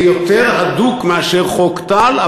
זה יותר הדוק מאשר חוק טל,